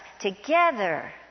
Together